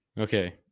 Okay